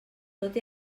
tot